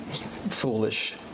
foolish